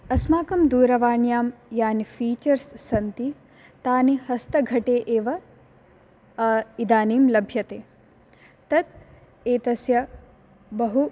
अस्माकं दूरवाण्यां यानि फ़ीचर्स् सन्ति तानि हस्तघटे एव इदानीं लभ्यते तत् एतस्य बहु